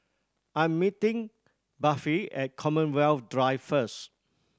I'm meeting Buffy at Commonwealth Drive first